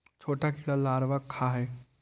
छोटा कीड़ा लारवा खाऽ हइ